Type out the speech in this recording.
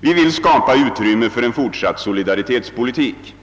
Vi vill skapa utrymme för en fortsatt solidaritetspolitik.